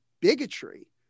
bigotry